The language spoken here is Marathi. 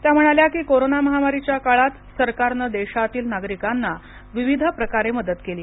त्या म्हणाल्या कि कोरोना महामारीच्या काळात सरकारने देशातील नागरिकांना विविध प्रकारे मदत केली